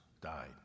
died